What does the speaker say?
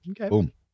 Okay